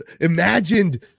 imagined